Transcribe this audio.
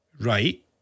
Right